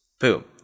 Boom